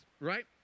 right